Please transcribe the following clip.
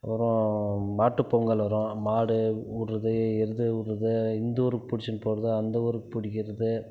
அப்புறம் மாட்டுப் பொங்கல் வரும் மாடு விடுறது எருது விடுறது இந்த ஊர் பிடிச்சின் போகிறது அந்த ஊர் பிடிக்கிறது